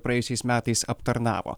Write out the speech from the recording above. praėjusiais metais aptarnavo